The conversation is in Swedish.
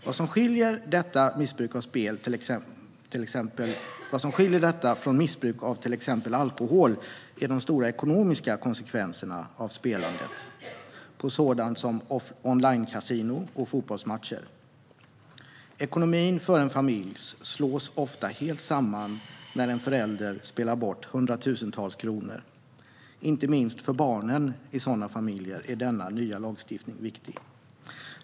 Vad som skiljer detta från missbruk av till exempel alkohol är de stora ekonomiska konsekvenserna av spelandet på sådant som onlinekasinon och fotbollsmatcher. Ekonomin för en familj rasar ofta helt samman när en förälder spelar bort hundratusentals kronor. Inte minst för barnen i sådana familjer är denna nya lagstiftning viktig.